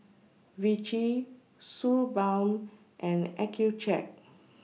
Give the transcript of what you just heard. Vichy Suu Balm and Accucheck